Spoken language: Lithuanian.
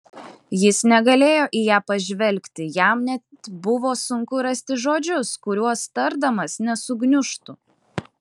jis negalėjo į ją pažvelgti jam net buvo sunku rasti žodžius kuriuos tardamas nesugniužtų